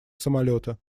самолета